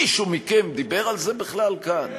מישהו מכם דיבר על זה בכלל כאן?